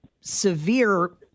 severe